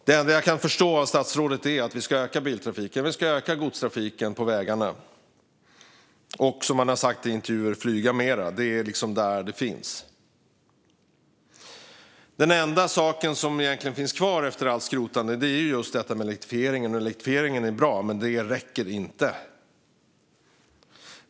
Det enda jag kan förstå av det statsrådet säger är att vi ska öka biltrafiken och godstrafiken på vägarna och, som han har sagt i intervjuer, flyga mer. Det är liksom där det finns. Den enda sak som finns kvar efter allt skrotande är elektrifieringen. Elektrifiering är bra, men det räcker inte.